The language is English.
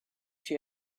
she